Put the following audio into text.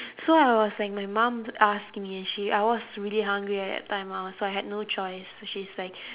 so I was like my mum asking me and she I was really hungry at the time ah so I had no choice so she's like